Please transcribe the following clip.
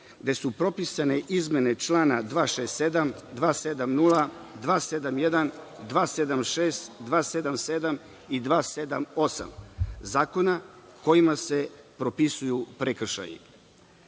gde su propisane izmene čl. 267, 270, 271, 276, 277. i 278, zakona kojima se propisuju prekršaji. Ovo